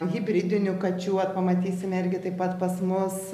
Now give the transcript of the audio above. hibridinių kačių vat pamatysime irgi taip pat pas mus